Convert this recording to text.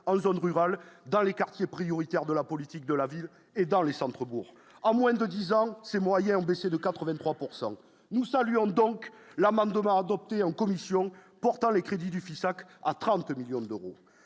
en zone rurale, dans les quartiers prioritaires de la politique de la ville et dans le centre bourg à moins de 10 ans ses moyens baisser de 83 pourcent nous saluons donc la manne demain, adopté en commission, pourtant, les crédits du Fisac à 30 millions d'euros